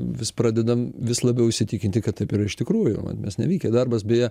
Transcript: vis pradedam vis labiau įsitikinti kad taip yra iš tikrųjų mes nevykę darbas beje